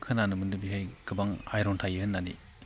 खोनानो मोन्दों बेहाय गोबां आइरन थायो होननानै